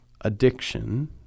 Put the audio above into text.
addiction